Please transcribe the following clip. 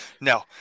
No